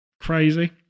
crazy